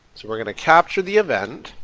we're going to capture the event,